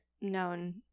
known